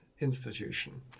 institution